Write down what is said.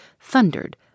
thundered